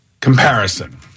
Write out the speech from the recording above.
comparison